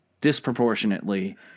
disproportionately